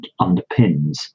underpins